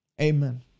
Amen